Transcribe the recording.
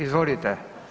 Izvolite.